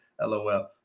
LOL